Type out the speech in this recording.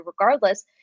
regardless